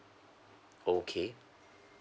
okay